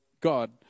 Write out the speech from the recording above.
God